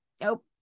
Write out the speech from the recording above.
Nope